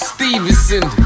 Stevenson